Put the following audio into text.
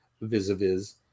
vis-a-vis